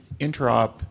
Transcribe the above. interop